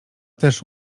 też